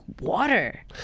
water